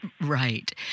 Right